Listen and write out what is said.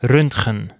Röntgen